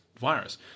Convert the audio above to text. virus